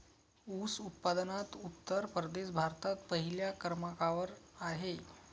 ऊस उत्पादनात उत्तर प्रदेश भारतात पहिल्या क्रमांकावर आहे